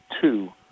two